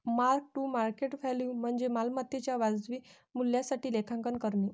mark to market value म्हणजे मालमत्तेच्या वाजवी मूल्यासाठी लेखांकन करणे